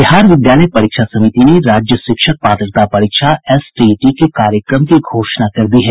बिहार विद्यालय परीक्षा समिति ने राज्य शिक्षक पात्रता परीक्षा एसटीईटी के कार्यक्रम की घोषणा कर दी है